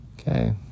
Okay